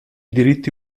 diritti